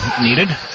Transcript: needed